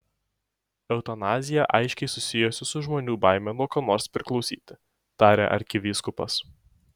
eutanazija aiškiai susijusi su žmonių baime nuo ko nors priklausyti tarė arkivyskupas